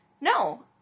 No